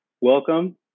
welcome